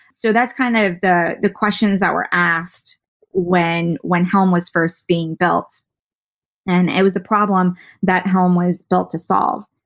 so that's kind of the the questions that we're asked when when helm was first being built and it was the problem that helm was built to solve.